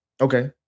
Okay